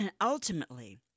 ultimately